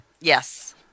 Yes